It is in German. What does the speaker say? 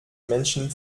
menschen